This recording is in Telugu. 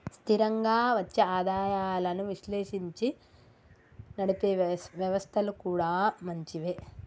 స్థిరంగా వచ్చే ఆదాయాలను విశ్లేషించి నడిపే వ్యవస్థలు కూడా మంచివే